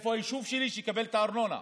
איפה היישוב שלי שיקבל את הארנונה?